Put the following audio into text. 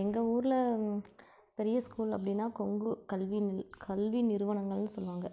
எங்கள் ஊரில் பெரிய ஸ்கூல் அப்படின்னா கொங்கு கல்வி நில் கல்வி நிறுவனங்கள்னு சொல்லுவாங்க